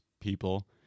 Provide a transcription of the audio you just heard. people